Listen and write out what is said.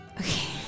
Okay